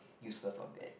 useless or bad